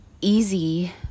easy